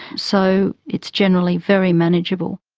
so it's generally very manageable.